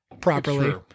properly